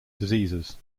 diseases